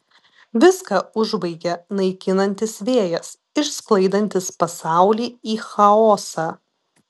viską užbaigia naikinantis vėjas išsklaidantis pasaulį į chaosą